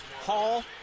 Hall